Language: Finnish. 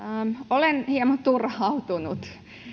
olen hieman turhautunut